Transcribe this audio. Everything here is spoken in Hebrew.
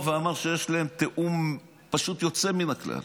ואמר שיש להם תיאום פשוט יוצא מן הכלל